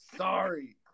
Sorry